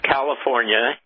California